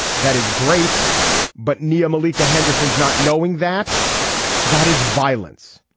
that is great but nia malika henderson is not knowing that that is violence.